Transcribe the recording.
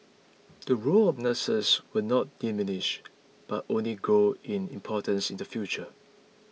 the role of nurses will not diminish but only grow in importance in the future